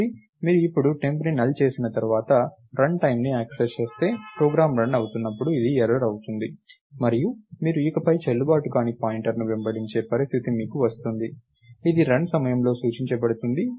కాబట్టి మీరు ఇప్పుడు టెంప్ని null చేసిన తర్వాత రన్ టైమ్ని యాక్సెస్ చేస్తే ప్రోగ్రామ్ రన్ అవుతున్నప్పుడు ఇది ఎర్రర్ అవుతుంది మరియు మీరు ఇకపై చెల్లుబాటు కాని పాయింటర్ను వెంబడించే పరిస్థితి మీకు వస్తుంది ఇది రన్ సమయంలో సూచించబడుతుంది